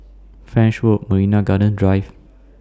French Road Marina Gardens Drive